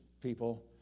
people